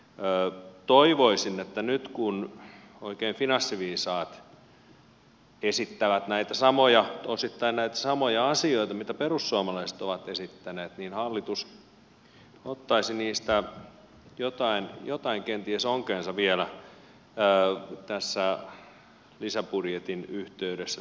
mutta toivoisin että nyt kun oikein finanssiviisaat esittävät osittain näitä samoja asioita mitä perussuomalaiset ovat esittäneet niin hallitus ottaisi niistä jotain kenties onkeensa vielä tässä lisäbudjetin yhteydessä toteutettavaksi